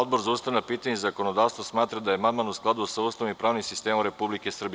Odbor za ustavna pitanja i zakonodavstvo smatra da je amandman u skladu sa Ustavom i pravnim sistemom Republike Srbije.